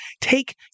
take